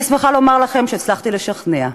אני שמחה לומר לכם שהצלחתי לשכנע.